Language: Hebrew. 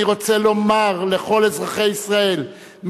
אני רוצה לומר לכל אזרחי ישראל,